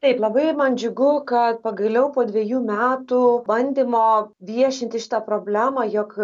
taip labai man džiugu kad pagaliau po dvejų metų bandymo viešinti šitą problemą jog